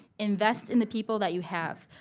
invest in the people that you have.